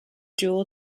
jewell